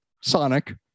sonic